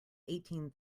eighteen